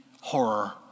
horror